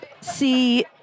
See